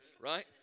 Right